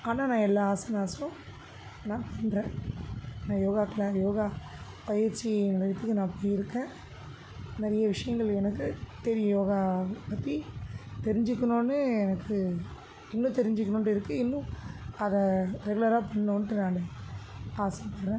ஆனால் நான் எல்லா ஆசனாஸ்ஸும் நான் பண்ணுறேன் நான் யோகா க்ளா யோகா பயிற்சி நிலையத்துக்கு நான் போயிருக்கேன் நிறைய விஷயங்கள் எனக்கு தெரியும் யோகா பற்றி தெரிஞ்சுக்கணுன்னு எனக்கு இன்னும் தெரிஞ்சுக்கணுன்ட்டு இருக்கு இன்னும் அதை ரெகுலராக பண்ணணுன்ட்டு நான் ஆசைப்பட்றேன்